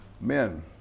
Men